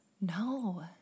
No